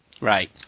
Right